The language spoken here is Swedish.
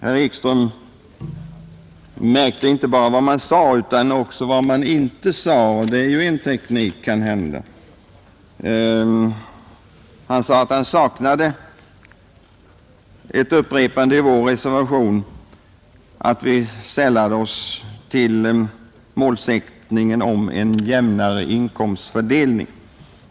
Herr Ekström märkte kanske inte så mycket vad jag sade utan fastmer vad jag inte sade, och det är kanhända en praktisk teknik. Han saknade ett upprepande av orden i vår reservation om att vi sällade oss till målsättningen om en jämnare inkomstfördelning.